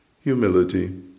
humility